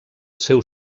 seu